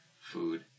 food